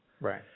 Right